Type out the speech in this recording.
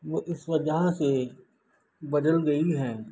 وہ اس وجہ سے بدل گئی ہے